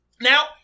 Now